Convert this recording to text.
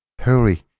hurry